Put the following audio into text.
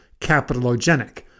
capitalogenic